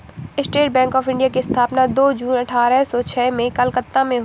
state bank of India की स्थापना दो जून अठारह सो छह में कलकत्ता में हुई